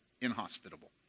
inhospitable